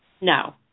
No